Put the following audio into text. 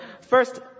first